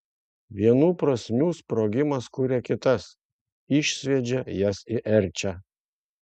vienų prasmių sprogimas kuria kitas išsviedžia jas į erčią